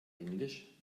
englisch